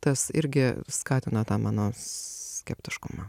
tas irgi skatina tą mano skeptiškumą